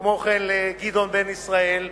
כמו כן לגדעון בן-ישראל,